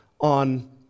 on